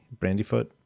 Brandyfoot